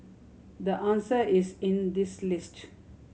the answer is in this list